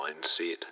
mindset